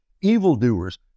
Evildoers